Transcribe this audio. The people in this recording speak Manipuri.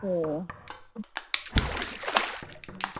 ꯑꯣꯑꯣ ꯎꯝ